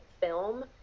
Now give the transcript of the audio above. film